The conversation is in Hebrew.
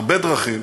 הרבה דרכים,